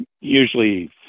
usually